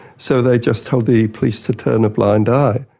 so they just told the police to turn a blind eye.